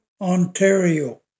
ontario